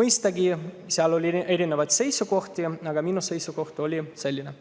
Mõistagi, seal oli erinevaid seisukohti, aga minu seisukoht oli selline.